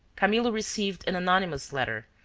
camillo received an anonymous letter,